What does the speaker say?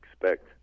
expect